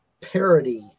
parody